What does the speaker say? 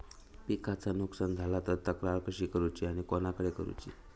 पिकाचा नुकसान झाला तर तक्रार कशी करूची आणि कोणाकडे करुची?